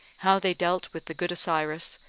how they dealt with the good osiris,